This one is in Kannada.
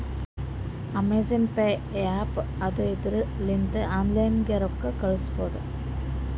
ಅಮೆಜಾನ್ ಪೇ ಆ್ಯಪ್ ಅದಾ ಇದುರ್ ಲಿಂತ ಆನ್ಲೈನ್ ನಾಗೆ ರೊಕ್ಕಾ ಕಳುಸ್ಬೋದ